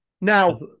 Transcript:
now